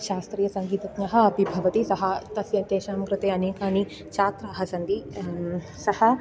शास्त्रीयसङ्गीतज्ञः अपि भवति सः तस्य तेषां कृते अनेकानि छात्राः सन्ति सः